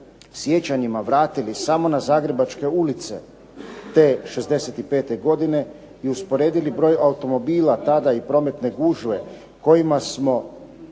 sjećanjima vratili samo na zagrebačke ulice te '65. godine i usporedili broj automobila tada i prometne gužve kojima smo